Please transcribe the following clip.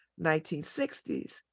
1960s